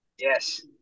Yes